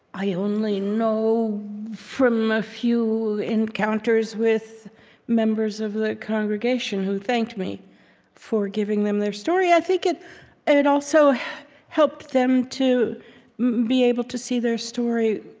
i only know from a few encounters with members of the congregation who thanked me for giving them their story. i think it it also helped them to be able to see their story,